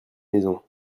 maison